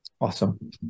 Awesome